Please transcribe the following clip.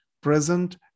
present